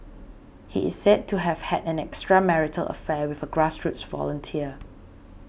he is said to have had an extramarital affair with a grassroots volunteer